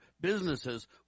businesses